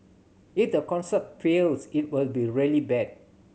if the concept fails it will be really bad